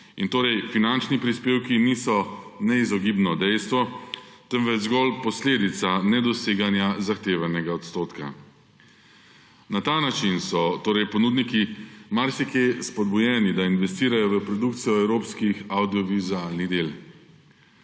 Torej finančni prispevki niso neizogibno dejstvo, temveč zgolj posledica nedoseganja zahtevanega odstotka. Na ta način so ponudniki marsikje spodbujeni, da investirajo v produkcijo evropskih avdiovizualnih del.